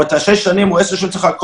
או את השש שנים או עשר שנים שצריך לחכות